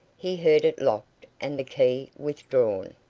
he heard it locked, and the key withdrawn.